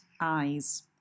Eyes